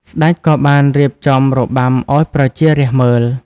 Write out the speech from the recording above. ស្ដេចក៏បានរៀបចំរបាំឱ្យប្រជារាស្ត្រមើល។